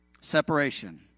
Separation